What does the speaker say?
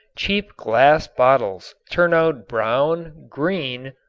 cheap glass bottles turn out brown, green,